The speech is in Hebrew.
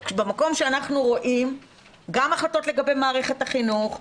כי במקום שאנחנו רואים גם החלטות לגבי מערכת החינוך,